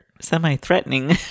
semi-threatening